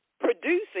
producing